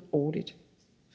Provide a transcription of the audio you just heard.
200-400 årligt.